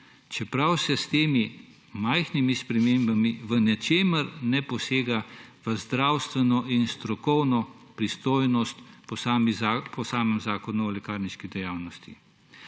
čeprav se s temi majhnimi spremembami v ničemer ne posega v zdravstveno in strokovno pristojnost po samem Zakonu o lekarniški dejavnosti.